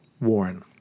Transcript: Warren